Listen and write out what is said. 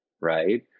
Right